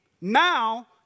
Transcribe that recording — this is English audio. now